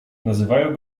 nazywają